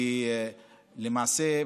כי למעשה,